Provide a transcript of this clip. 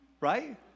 Right